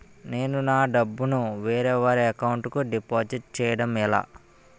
నేను నా డబ్బు ని వేరే వారి అకౌంట్ కు డిపాజిట్చే యడం ఎలా?